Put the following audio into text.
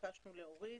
נתבקשנו להוריד.